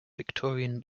victorian